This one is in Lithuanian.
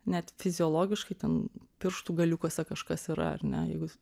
net fiziologiškai ten pirštų galiukuose kažkas yra ar ne jeigu